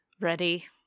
ready